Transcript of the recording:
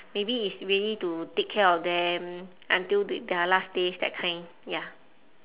maybe it's really to take care of them until th~ their last days that kind ya